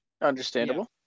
understandable